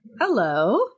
Hello